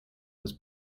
was